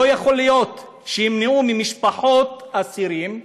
לא יכול להיות שימנעו ממשפחות אסירים,